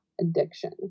addiction